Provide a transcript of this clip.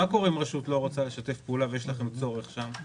מה קורה אם רשות לא רוצה לשתף פעולה ויש לכם צורך שם?